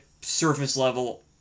surface-level